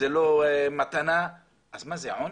זה לא מתנה, אז מה זה, עונש?